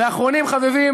ואחרונים חביבים,